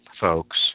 folks